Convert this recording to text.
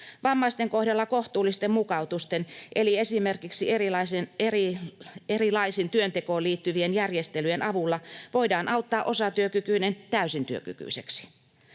Vammaisten kohdalla kohtuullisten mukautusten eli esimerkiksi erilaisten työntekoon liittyvien järjestelyjen avulla voidaan auttaa osatyökykyinen täysin työkykyiseksi.